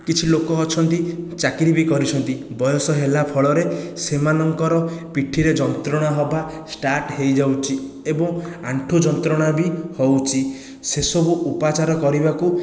କିଛି ଲୋକ ଅଛନ୍ତି ଚାକିରି ବି କରିଛନ୍ତି ବୟସ ହେଲା ଫଳରେ ସେମାନଙ୍କର ପିଠିରେ ଯନ୍ତ୍ରଣା ହେବା ଷ୍ଟାର୍ଟ ହୋଇଯାଉଛି ଏବଂ ଆଣ୍ଠୁ ଯନ୍ତ୍ରଣା ବି ହେଉଛି ସେସବୁ ଉପାଚାର କରିବାକୁ